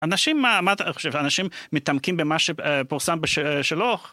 אנשים, מה אתה חושב, אנשים מתעמקים במה שפורסם שלו?